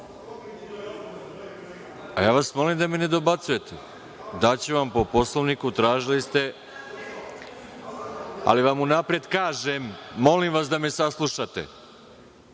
vas da mi ne dobacujete. Daću vam po Poslovniku, tražili ste, ali vam unapred kažem, molim vas da me saslušate,